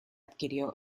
adquirió